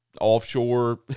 offshore